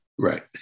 Right